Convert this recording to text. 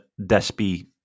Despi